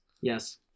Yes